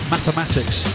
Mathematics